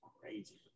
crazy